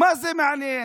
מה זה מעניין,